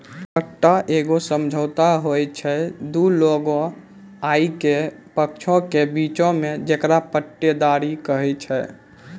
पट्टा एगो समझौता होय छै दु लोगो आकि पक्षों के बीचो मे जेकरा पट्टेदारी कही छै